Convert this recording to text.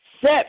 set